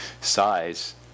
size